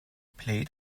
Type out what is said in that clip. played